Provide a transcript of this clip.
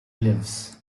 lives